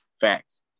Facts